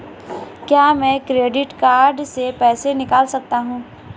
क्या मैं credit card से पैसे निकाल सकता हूँ?